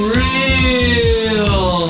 real